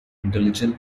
intelligent